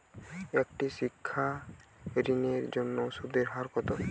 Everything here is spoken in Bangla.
একটি শিক্ষা ঋণের জন্য সুদের হার কত?